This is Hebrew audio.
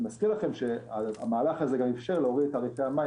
אני מזכיר שהמהלך הזה אפשר להוריד את תעריפי המים